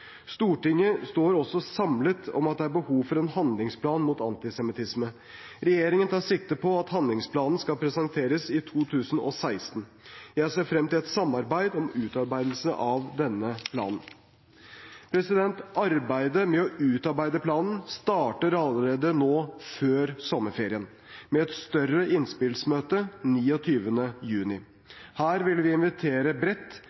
Stortinget står også samlet om at det er behov for en handlingsplan mot antisemittisme. Regjeringen tar sikte på at handlingsplanen skal presenteres i 2016, og jeg ser frem til et samarbeid om utarbeidelsen av denne planen. Arbeidet med å utarbeide planen starter allerede nå før sommerferien med et større innspillsmøte 29. juni. Her vil vi invitere bredt,